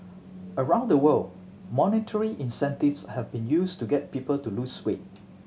around the world monetary incentives have been used to get people to lose weight